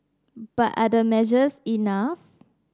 but are these measures enough